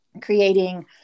creating